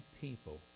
people